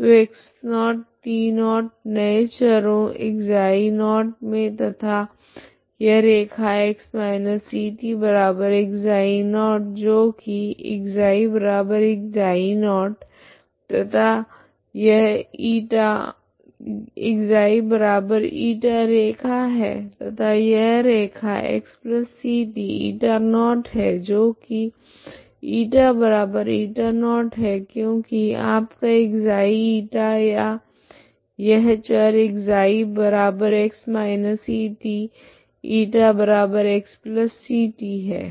तो x0t0 नए चरों ξ0 मे तथा यह रैखा x ct ξ0 जो की ξ ξ0 तथा यह ξईटा रैखा है तथा यह रैखा xct η0 है जो की η η0 है क्योकि आपका ξ η या यह चर ξx ct ηxct है